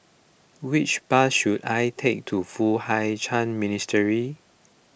which bus should I take to Foo Hai Ch'an Minastery